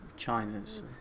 China's